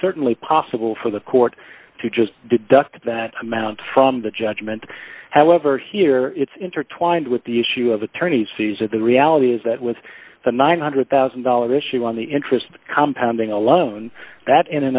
certainly possible for the court to just deduct that amount from the judgment however here it's intertwined with the issue of attorney's fees and the reality is that with the nine hundred thousand dollars issue on the interest compound being alone that in